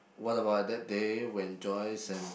what about that day when Joyce and